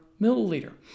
milliliter